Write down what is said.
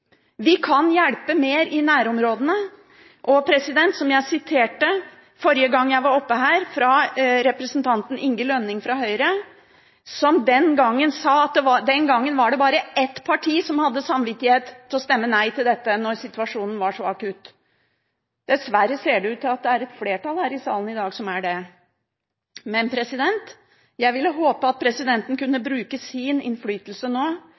vi kan hjelpe mer i nærområdene. Forrige gang jeg var oppe her, siterte jeg daværende stortingsrepresentant Inge Lønning fra Høyre, som sa at under Kosovo-krigen var det bare ett parti som hadde samvittighet til å stemme nei når situasjonen var så akutt. Dessverre ser det i dag ut til at det er et flertall i salen som har det. Men jeg ville håpe at presidenten nå kunne bruke sin innflytelse